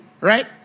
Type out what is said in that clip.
Right